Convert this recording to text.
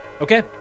Okay